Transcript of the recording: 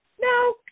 No